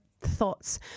thoughts